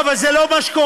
לא, אבל זה לא מה שקורה,